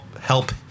help